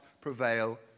prevail